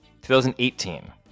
2018